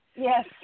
Yes